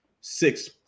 six